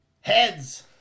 Heads